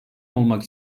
olmak